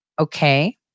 okay